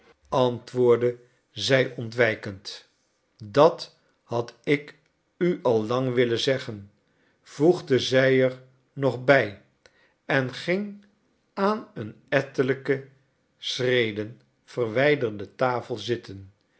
antwoordde zij ontwijkend dat had ik u al lang willen zeggen voegde zij er nog bij en ging aan een ettelijke schreden verwijderde tafel zitten